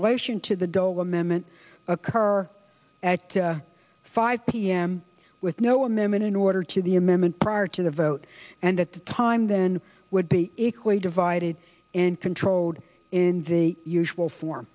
relation to the go amendment occur at five p m with no amendment in order to the amendment prior to the vote and at the time then it would be equally divided and controlled in the usual for